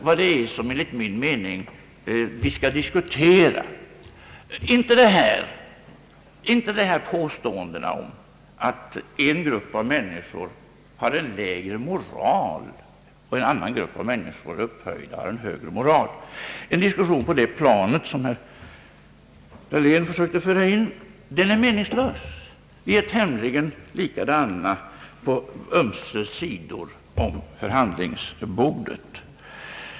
Vad vi skall diskutera är inte dessa påståenden om att en grupp av människor har en lägre moral, medan en annan grupp av människor är upphöjda och har en högre moral. En diskussion på det planet — som herr Dahlén försökte föra in — är meningslös. Vi är tämligen likadana på ömse sidor om förhandlingsbordet.